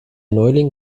neuling